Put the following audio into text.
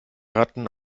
ratten